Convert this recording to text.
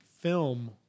film